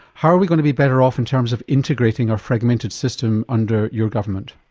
how are we going to be better off in terms of integrating our fragmented system under your government?